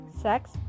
sex